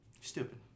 stupid